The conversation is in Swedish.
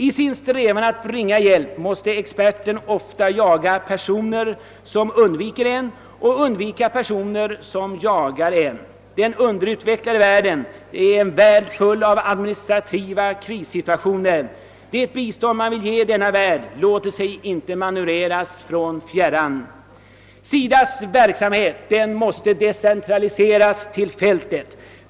I sin strävan att hjälpa måste experten ofta jaga personer som undviker honom och undvika personer som jagar honom. Den underutvecklade världen är en värld full av administrativa krissituationer. Det bistånd man vill ge denna värld låter sig inte manövreras från fjärran länder. SIDAS:s verksamhet måste decentraliseras till fältet.